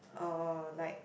oh like